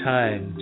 time